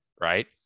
Right